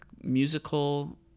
musical